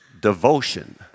Devotion